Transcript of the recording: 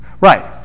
Right